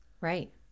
Right